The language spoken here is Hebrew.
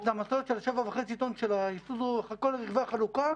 זה המשאיות של 7.5 טון, כל מגזר החלוקה